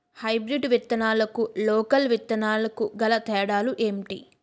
Hybrid విత్తనాలకు local విత్తనాలకు గల తేడాలు ఏంటి?